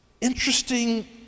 interesting